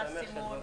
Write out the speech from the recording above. מה הסימון,